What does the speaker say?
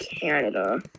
Canada